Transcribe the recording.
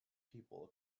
people